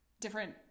different